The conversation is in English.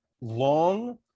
long